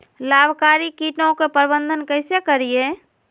लाभकारी कीटों के प्रबंधन कैसे करीये?